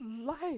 life